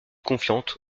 confiante